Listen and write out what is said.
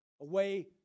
away